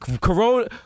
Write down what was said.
corona